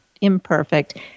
imperfect